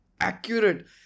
accurate